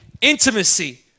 intimacy